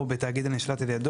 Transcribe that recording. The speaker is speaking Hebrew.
או תאגיד הנשלט על ידו.